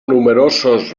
numerosos